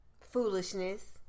Foolishness